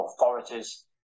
authorities